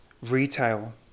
retail